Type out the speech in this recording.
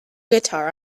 guitar